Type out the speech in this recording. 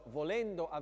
volendo